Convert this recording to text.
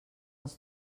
als